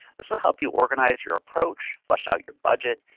this will help you organize your approach, flush out your budget,